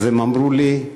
הם אמרו לי: